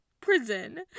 prison